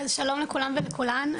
אז שלום לכולם ולכולן,